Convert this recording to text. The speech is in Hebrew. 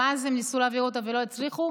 גם אז הם ניסו להעביר אותה ולא הצליחו.